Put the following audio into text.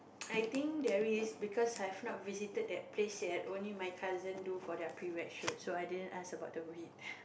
I think there is because I have not visited that place yet only my cousin do for their pre wed shoot so i didn't ask about the weed